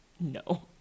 no